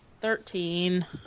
Thirteen